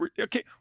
Okay